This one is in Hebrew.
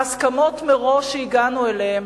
ההסכמות מראש שהגענו אליהן,